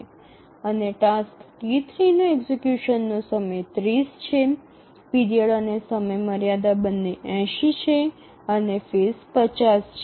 અને task T3 નો એક્ઝિકયુશનનો સમય ૩0 છે પીરિયડ અને સમયમર્યાદા બંને ૮0 છે અને ફેઝ ૫0 છે